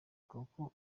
koko